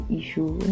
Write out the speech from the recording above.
issue